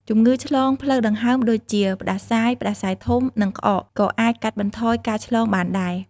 ជំងឺឆ្លងផ្លូវដង្ហើមដូចជា ផ្តាសាយ ផ្តាសាយធំ និងក្អក ក៏អាចកាត់បន្ថយការឆ្លងបានដែរ។